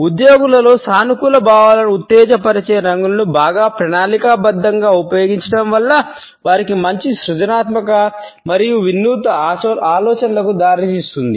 ఉద్యోగులలో సానుకూల భావాలను ఉత్తేజపరిచే రంగులను బాగా ప్రణాళికాబద్ధంగా ఉపయోగించడం వల్ల వారికి మంచి సృజనాత్మకత మరియు వినూత్న ఆలోచనలకు దారి తీస్తుంది